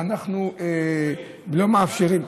ואנחנו לא מאפשרים,